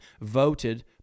voted